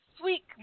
sweet